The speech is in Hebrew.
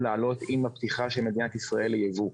לעלות עם הפתיחה של מדינת ישראל ליבוא.